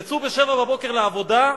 יצאו ב-07:00 לעבודה,